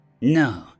No